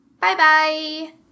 Bye-bye